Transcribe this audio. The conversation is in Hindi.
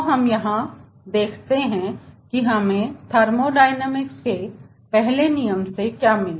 तो अब हम यहां पर देखते हैं की हमें थर्मोडायनेमिक्स के पहले नियम से क्या मिला